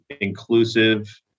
inclusive